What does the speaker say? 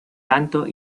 tanto